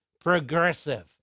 progressive